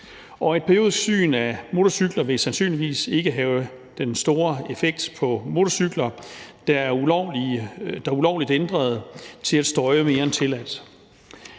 Et periodisk syn af motorcykler vil sandsynligvis ikke have den store effekt på motorcykler, der er ulovligt ændret til at støje mere end tilladt.